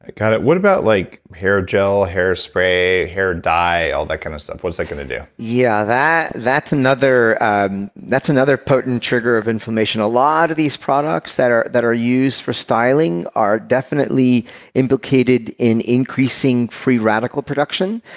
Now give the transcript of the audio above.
got it. what about like hair gel, hairspray, hair dye, all that kind of stuff? what's that going to do? yeah, that's another that's another potent trigger of inflammation. a lot of these products that are that are used for styling are definitely implicated in increasing free radical production.